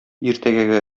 иртәгәге